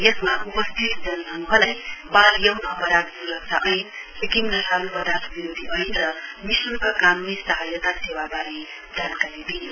यसमा उपस्थित जनसमूहलाई वाल यौन अपराध सुरक्षा ऐन सिक्किम नशालु पदार्थ विरोधी ऐन र निशुल्क कानूनी सहायता सेवावारे जानकारी दिइयो